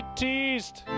teased